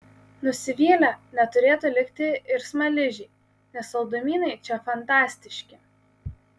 nusivylę neturėtų likti ir smaližiai nes saldumynai čia fantastiški